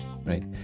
right